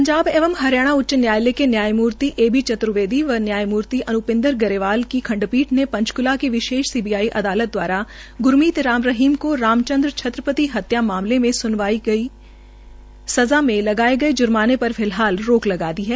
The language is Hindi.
पंजाब एवं हरियाणा उच्च न्यायालय के न्यायमूर्ति ए बी चर्त्बेदी व न्यायमूर्ति अन्पिंदर गरेवाल की खंडपीठ ने पंचकूला की विशेष सीबीआई अदालत द्वारा ग्रमीत राम रहीम को राम चन्द्र छत्रपति हत्या मामले मे सुनाई गई सजा में लगाये गये जुर्माने पर पि लहाल रोक लगा दी है